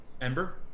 Ember